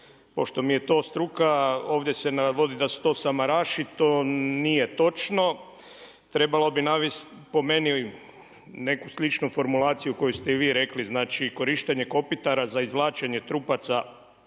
Pošto mi je to struka ovdje se navodi da su to samaraši. To nije točno. Trebalo bi navesti po meni neku sličnu formulaciju koju ste i vi rekli, znači korištenje kopitara za izvlačenje trupaca